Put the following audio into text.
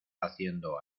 haciendo